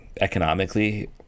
economically